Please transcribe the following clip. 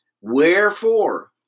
Wherefore